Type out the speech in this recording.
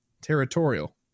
Territorial